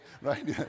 right